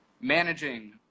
Managing